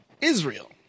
Israel